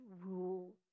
rule